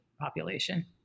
population